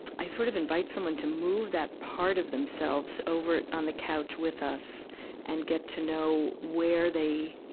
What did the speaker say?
i sort of invite someone to move that part of themselves over on the couch with us and get to know where they,